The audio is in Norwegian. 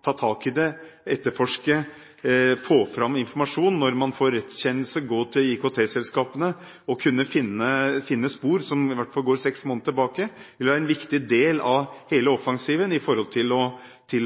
ta tak i det, etterforske det og få fram informasjon når man får rettskjennelse, det å kunne gå til IKT-selskapene og finne spor som i hvert fall går seks måneder tilbake, være en viktig del av hele offensiven når det